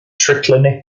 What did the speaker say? triclinic